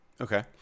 Okay